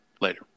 later